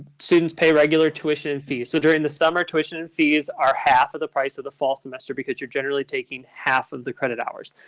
students pay regular tuition and fees. so during the summer, tuition and fees are half of the price of the fall semester because you're generally taking half of the credit hours.